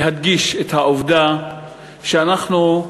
להדגיש את העובדה שאנחנו,